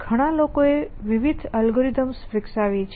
ઘણા લોકો એ વિવિધ એલ્ગોરિધમ્સ વિકસાવી છે